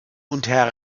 unter